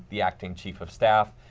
the acting chief of staff.